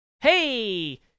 hey